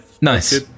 nice